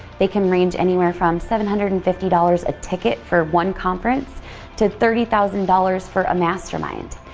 they can range anywhere from seven hundred and fifty dollars a ticket for one conference to thirty thousand dollars for a mastermind.